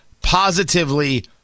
positively